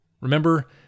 Remember